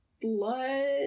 blood